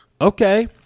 Okay